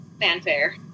fanfare